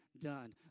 done